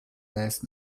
last